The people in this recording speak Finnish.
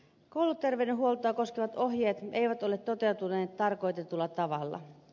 kouluterveydenhuoltoa koskevat ohjeet eivät ole toteutuneet tarkoitetulla tavalla